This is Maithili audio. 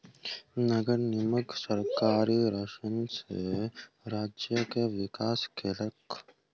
नगर निगम सरकारी ऋण सॅ राज्य के विकास केलक